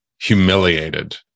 humiliated